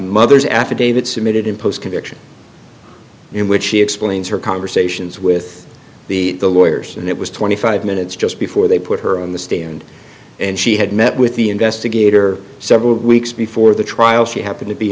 mother's affidavit submitted in post conviction in which she explains her conversations with the lawyers and it was twenty five minutes just before they put her on the stand and she had met with the investigator several weeks before the trial she happened to be